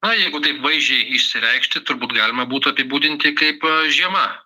o jeigu taip vaizdžiai išsireikšti turbūt galima būtų apibūdinti kaip žiema